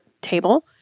table